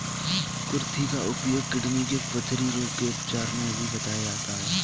कुर्थी का उपयोग किडनी के पथरी रोग के उपचार में भी बताया जाता है